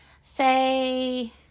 say